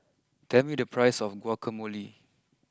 tell me the price of Guacamole